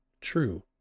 True